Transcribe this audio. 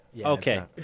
Okay